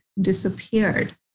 disappeared